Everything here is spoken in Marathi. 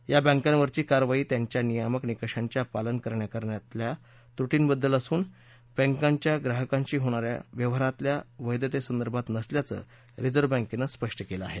या बँकावरची कारवाई त्यांच्या नियामक निकषांच्या पालन करण्यातल्या त्रुटींबद्दल असून बँकाच्या ग्राहकांशी होणा या व्यवहारातल्या वैधतेसंदर्भात नसल्याचं रिझर्व्ह बँकेनं स्पष्ट केलं आहे